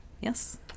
yes